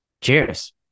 Cheers